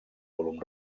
volum